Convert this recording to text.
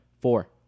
Four